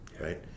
right